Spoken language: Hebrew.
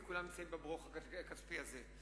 כי כולם נמצאים ב"ברוך" הכספי הזה.